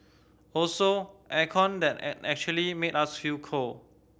also air con that actually made us feel cold